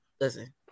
listen